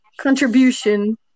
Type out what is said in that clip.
contribution